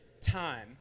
time